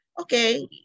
Okay